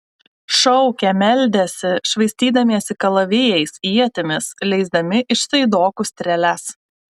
šaukė meldėsi švaistydamiesi kalavijais ietimis leisdami iš saidokų strėles